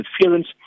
interference